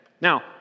Now